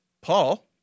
Paul